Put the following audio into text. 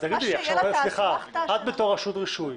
את כרשות רישוי,